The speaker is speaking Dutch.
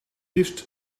liefst